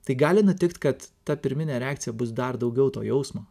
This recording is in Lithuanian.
tai gali nutikt kad ta pirminė reakcija bus dar daugiau to jausmo